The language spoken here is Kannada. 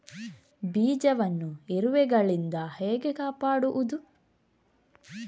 ಬೀಜವನ್ನು ಇರುವೆಗಳಿಂದ ಹೇಗೆ ಕಾಪಾಡುವುದು?